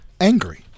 angry